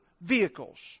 Vehicles